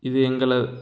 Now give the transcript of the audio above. இது எங்களை